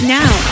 now